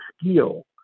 skill